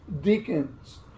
deacons